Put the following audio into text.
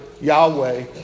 Yahweh